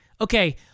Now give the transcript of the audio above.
Okay